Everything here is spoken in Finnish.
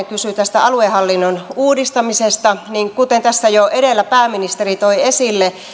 kysyi tästä aluehallinnon uudistamisesta kuten tässä jo edellä pääministeri toi esille